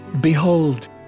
Behold